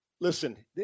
listen